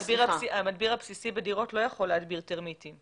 המדביר הבסיסי בדירות לא יכול להדביר טרמיטים.